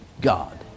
God